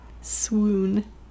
Swoon